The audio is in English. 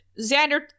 Xander